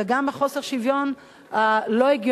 וגם חוסר השוויון הלא-הגיוני,